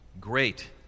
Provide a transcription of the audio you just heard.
Great